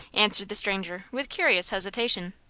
answered the stranger, with curious hesitation.